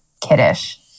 kiddish